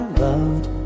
loved